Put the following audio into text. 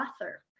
author